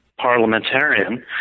parliamentarian